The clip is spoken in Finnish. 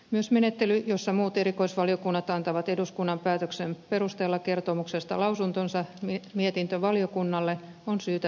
myös menettely jossa muut erikoisvaliokunnat antavat eduskunnan päätöksen perusteella kertomuksesta lausuntonsa mietintövaliokunnalle on syytä säilyttää